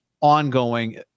ongoing